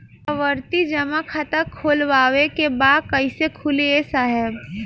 आवर्ती जमा खाता खोलवावे के बा कईसे खुली ए साहब?